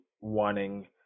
wanting